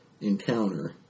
encounter